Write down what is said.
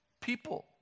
People